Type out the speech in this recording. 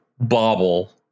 Bobble